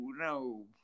no